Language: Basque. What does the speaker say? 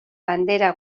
bandera